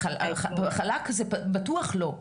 חלק זה בטוח לא.